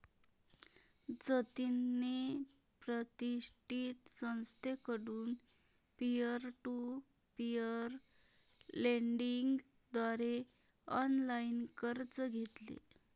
जतिनने प्रतिष्ठित संस्थेकडून पीअर टू पीअर लेंडिंग द्वारे ऑनलाइन कर्ज घेतले